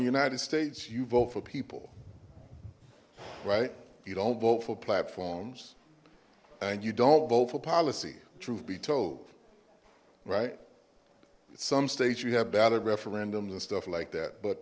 united states you vote for people right you don't vote for platforms and you don't vote for policy truth be told right some states you have data referendums and stuff like that but